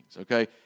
Okay